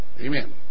Amen